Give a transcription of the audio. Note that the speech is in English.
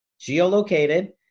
geolocated